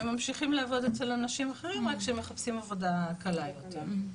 הם ממשיכים לעבוד אצל אנשים אחרים רק שהם מחפשים עבודה קלה יותר.